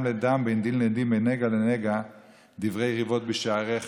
לדם בין דין לדין ובין נגע לנגע דברי ריבת בשעריך".